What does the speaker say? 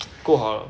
够好了